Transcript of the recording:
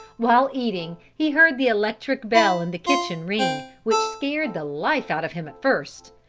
while eating he heard the electric bell in the kitchen ring, which scared the life out of him at first,